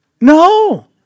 No